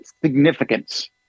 significance